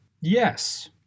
Yes